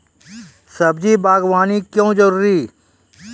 सब्जी बागवानी क्यो जरूरी?